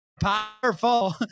powerful